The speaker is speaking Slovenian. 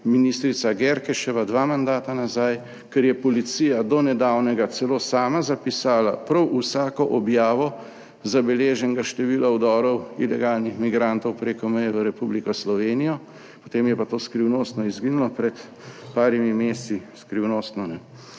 ministrica Györkösova dva mandata nazaj. Ker je policija do nedavnega celo sama zapisala prav vsako objavo zabeleženega števila vdorov ilegalnih migrantov preko meje v Republiko Slovenijo, potem je pa to skrivnostno izginilo, pred parimi meseci, skrivnostno, ne.